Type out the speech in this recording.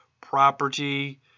Property